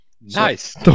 Nice